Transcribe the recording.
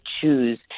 choose